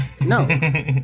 No